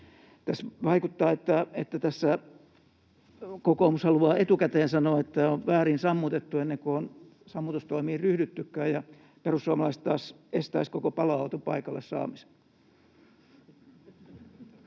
Vaikuttaa, että tässä kokoomus haluaa etukäteen sanoa, että tämä on väärin sammutettu, ennen kuin on sammutustoimiin ryhdyttykään, ja perussuomalaiset taas estäisivät koko paloauton paikalle saamisen.